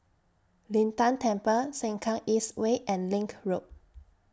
Lin Tan Temple Sengkang East Way and LINK Road